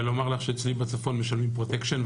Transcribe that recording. ולומר לך שאצלי בצפון משלמים פרוטקשן,